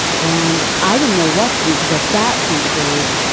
and i didn't know what to do because at that point dave,